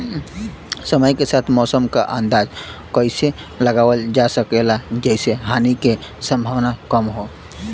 समय के साथ मौसम क अंदाजा कइसे लगावल जा सकेला जेसे हानि के सम्भावना कम हो?